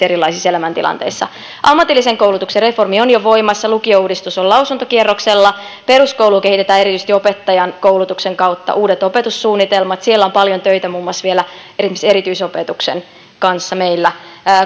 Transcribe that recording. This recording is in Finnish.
erilaisissa elämäntilanteissa ammatillisen koulutuksen reformi on jo voimassa lukiouudistus on lausuntokierroksella peruskoulua kehitetään erityisesti opettajankoulutuksen kautta uudet opetussuunnitelmat siellä meillä on paljon töitä muun muassa vielä erityisopetuksen kanssa